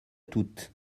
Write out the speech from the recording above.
toutes